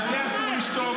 על זה אסור לשתוק.